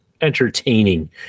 entertaining